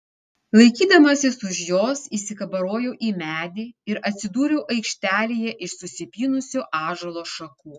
laikydamasis už jos įsikabarojau į medį ir atsidūriau aikštelėje iš susipynusių ąžuolo šakų